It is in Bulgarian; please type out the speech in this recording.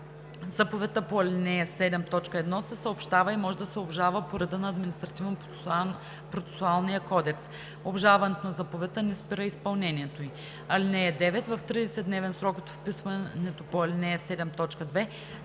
Заповедта по ал. 7, т. 1 се съобщава и може да се обжалва по реда на Административнопроцесуалния кодекс. Обжалването на заповедта не спира изпълнението ѝ. (9) В 30-дневен срок от вписването по ал. 7,